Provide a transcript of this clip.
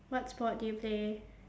what sport do you play